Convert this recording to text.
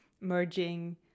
merging